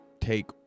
take